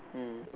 mm